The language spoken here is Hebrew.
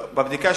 בבדיקה